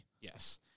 Yes